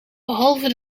behalve